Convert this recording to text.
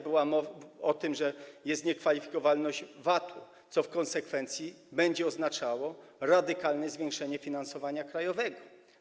Była już o tym mowa, że jest niekwalifikowalność VAT-u, co w konsekwencji będzie oznaczało radykalne zwiększenie finansowania krajowego.